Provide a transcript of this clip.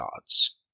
gods